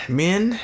men